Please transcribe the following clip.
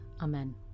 Amen